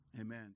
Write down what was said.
Amen